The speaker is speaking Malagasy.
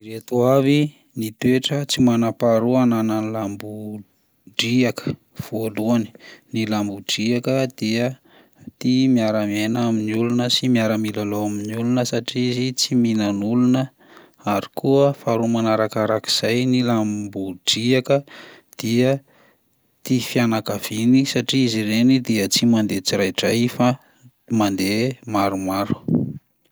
Ireto avy ny toetra tsy manam-paharoa ananan'ny lambo ndriaka: voalohany, ny lambondriaka dia tia miara-miaina amin'ny olona sy miara-milalao amin'ny olona satria izy tsy mihinana olona; ary koa faharoa manarakarak'izay ny lambondriaka dia tia fianakaviany satria izy ireny dia tsy mandeha tsiraidray fa mandeha maromaro.